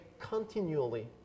continually